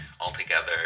altogether